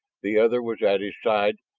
the other was at his side,